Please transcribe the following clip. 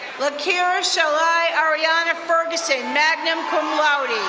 lakira shalay ariana ferguson, magna cum laude.